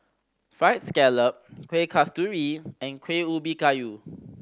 Fried Scallop Kueh Kasturi and Kuih Ubi Kayu